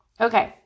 Okay